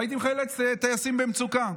והייתי מחלץ טייסים במצוקה.